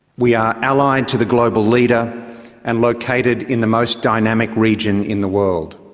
we are allied to the global leader and located in the most dynamic region in the world.